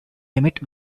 limit